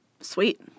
Sweet